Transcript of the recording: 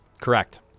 Correct